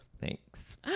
Thanks